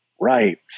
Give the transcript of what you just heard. Right